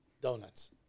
Donuts